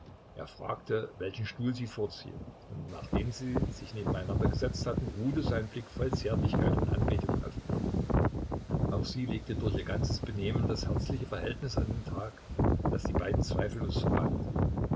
er fragte welchen stuhl sie vorziehe und nachdem sie sich nebeneinander gesetzt hatten ruhte sein blick voll zärtlichkeit und anbetung auf ihr auch sie legte durch ihr ganzes benehmen das herzliche verhältnis an den tag das die beiden zweifellos verband